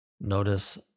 Notice